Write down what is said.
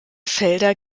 felder